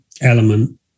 element